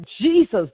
Jesus